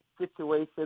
situation